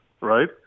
Right